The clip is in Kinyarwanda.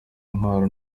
intwaro